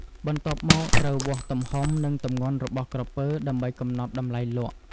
បន្ទាប់មកត្រូវវាស់ទំហំ និងទម្ងន់របស់ក្រពើដើម្បីកំណត់តម្លៃលក់។